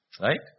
right